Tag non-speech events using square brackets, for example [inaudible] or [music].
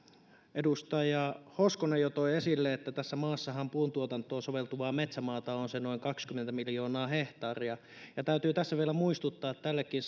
edustaja hoskonen jo toi esille että tässä maassahan puuntuotantoon soveltuvaa metsämaata on on se noin kaksikymmentä miljoonaa hehtaaria ja täytyy tässä vielä muistuttaa tällekin [unintelligible]